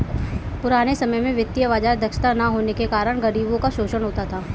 पुराने समय में वित्तीय बाजार दक्षता न होने के कारण गरीबों का शोषण होता था